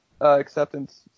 acceptance